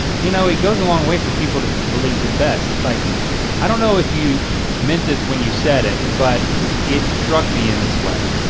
you know it goes a long way for people to believe the bests. like i don't know if you meant this when you said it, but it struck me in this way.